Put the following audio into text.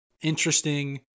interesting